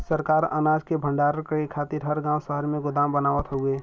सरकार अनाज के भण्डारण करे खातिर हर गांव शहर में गोदाम बनावत हउवे